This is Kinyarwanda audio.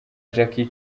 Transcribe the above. jackie